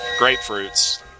Grapefruits